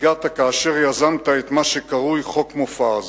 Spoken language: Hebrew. הגעת כאשר יזמת את מה שקרוי חוק מופז.